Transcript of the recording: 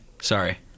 Sorry